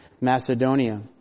Macedonia